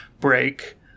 break